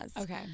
Okay